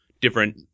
different